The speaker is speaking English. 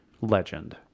legend